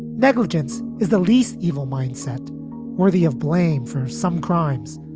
negligence is the least evil mindset worthy of blame for some crimes.